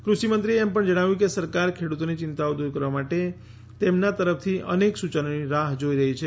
કૃષિ મંત્રીએ એમ પણ જણાવ્યુ કે સરકાર ખેડૂતોની ચિંતાઓ દૂર કરવા માટે તેમના તરફથી અનેક સૂચનોની રાહ જોઈ રહી છે